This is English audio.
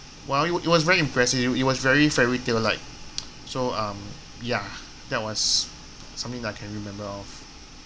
well it it was very impressive it was very fairy tale like so um ya that was something that I can remember of